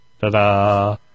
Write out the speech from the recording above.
Ta-da